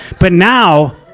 but now,